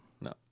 no